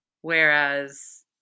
Whereas